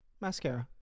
Mascara